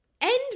end